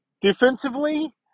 Defensively